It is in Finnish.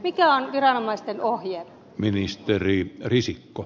mikä on viranomaisten ohje